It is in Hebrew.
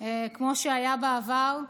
כמו שהיה בעבר,